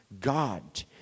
God